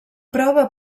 prova